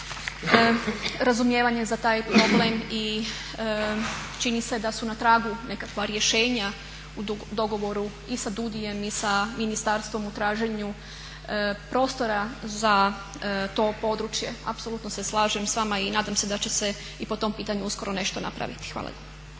razumijevanje za taj problem i čini se da su na tragu nekakva rješenja u dogovoru i sa DUUDI-jem i sa ministarstvom u traženju prostora za to područje. Apsolutno se slažem s vama i nadam se da će se i po tom pitanju uskoro nešto napraviti. Hvala